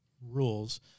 rules